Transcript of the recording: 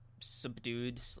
subdued